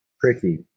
tricky